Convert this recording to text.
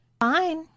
Fine